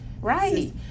right